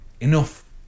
Enough